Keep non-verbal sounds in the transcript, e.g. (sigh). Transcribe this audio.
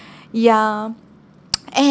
ya (noise) and